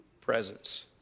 presence